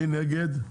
מי נגד?